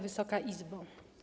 Wysoka Izbo!